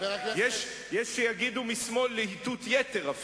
יש שיגידו משמאל להיטות-יתר,